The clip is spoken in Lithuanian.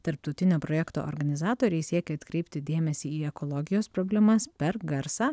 tarptautinio projekto organizatoriai siekia atkreipti dėmesį į ekologijos problemas per garsą